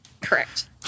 Correct